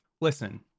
listen